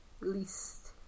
Least